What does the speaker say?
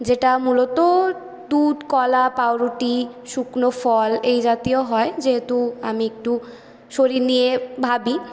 যেটা মূলত দুধ কলা পাউরুটি শুকনো ফল এই জাতীয় হয় যেহেতু আমি একটু শরীর নিয়ে ভাবি